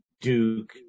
Duke